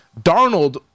Darnold